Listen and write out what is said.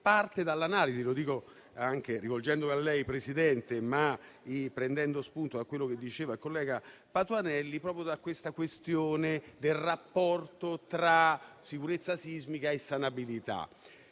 parte dall'analisi - lo dico rivolgendomi a lei, signor Presidente, ma prendendo spunto da quello che diceva il collega Patuanelli - della questione del rapporto tra sicurezza sismica e sanabilità.